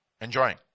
enjoying